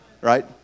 Right